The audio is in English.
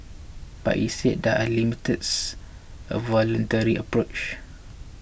but it said there are limits a voluntary approach